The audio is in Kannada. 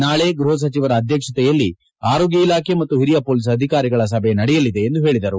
ನಾಳೆ ಗೃಪ ಸಚಿವರ ಅಧ್ಯಕ್ಷತೆಯಲ್ಲಿ ಆರೋಗ್ಯ ಇಲಾಖೆ ಮತ್ತು ಹಿರಿಯ ಪೊಲೀಸ್ ಅಧಿಕಾರಿಗಳ ಸಭೆ ನಡೆಯಲಿದೆ ಎಂದು ಹೇಳಿದರು